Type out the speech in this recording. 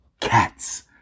Cats